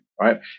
right